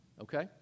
Okay